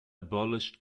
abolished